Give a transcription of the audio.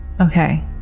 Okay